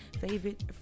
Favorite